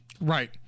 right